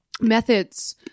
methods